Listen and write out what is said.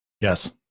yes